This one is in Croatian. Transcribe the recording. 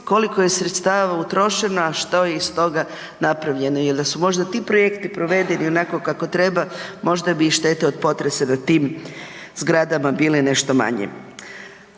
koliko je sredstava utrošeno, a što je iz toga napravljeno. Jel da su možda ti projekti provedeni onako kako treba možda bi i štete od potresa na tim zgradama bile nešto manje.